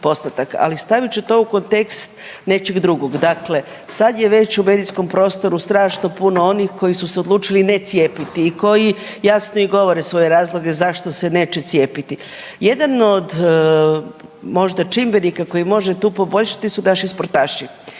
ali stavit ću to u kontekst nečeg drugog. Dakle, sad je već u medijskom prostoru strašno puno onih koji su se odlučili ne cijepiti i koji jasno i govore svoje razloge zašto se neće cijepiti. Jedan od možda čimbenika koji može tu poboljšati su naši sportaši.